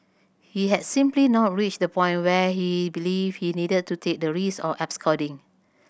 he had simply not reached the point where he believed he needed to take the risk of absconding